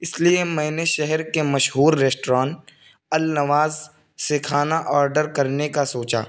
اس لیے میں نے شہر کے مشہور ریسٹوران النواز سے کھانا آرڈر کرنے کا سوچا